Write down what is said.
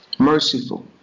Merciful